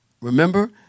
Remember